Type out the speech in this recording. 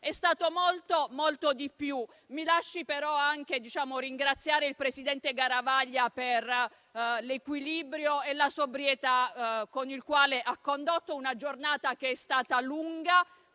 È stato molto, molto di più. Signor Presidente, mi lasci però ringraziare il presidente Garavaglia, per l'equilibrio e la sobrietà con cui ha condotto una giornata che è stata lunga,